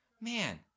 man